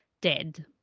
dead